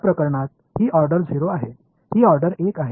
இந்த விஷயத்தில் இது வரிசை 0 இது வரிசை 1